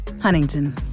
Huntington